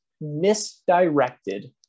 misdirected